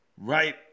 right